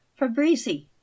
Fabrizi